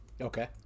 okay